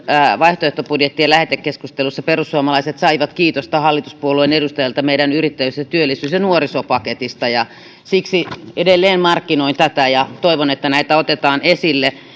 vaihtoehtobudjettien lähetekeskustelussa perussuomalaiset saivat kiitosta hallituspuolueen edustajalta meidän yrittäjyys työllisyys ja nuorisopaketistamme siksi edelleen markkinoin tätä ja toivon että näitä otetaan esille